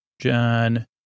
John